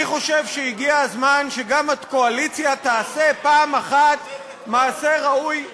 אני חושב שהגיע הזמן שגם הקואליציה תעשה פעם אחת מעשה ראוי,